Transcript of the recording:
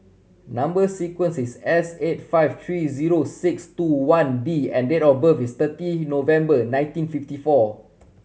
number sequence is S eight five three zero six two one D and date of birth is thirty November nineteen fifty four